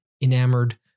enamored